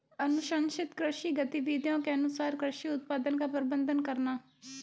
अनुशंसित कृषि गतिविधियों के अनुसार कृषि उत्पादन का प्रबंधन करना